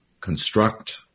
construct